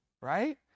right